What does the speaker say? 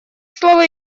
слово